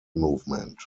movement